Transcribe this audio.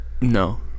No